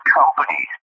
companies